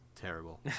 terrible